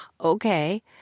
okay